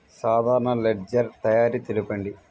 సాధారణ లెడ్జెర్ తయారి తెలుపండి?